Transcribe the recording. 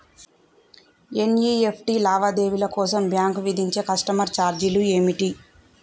NEFT లావాదేవీల కోసం bank విధించే కస్టమర్ ఛార్జీలు ఏమిటి?